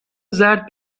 زرد